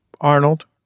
Arnold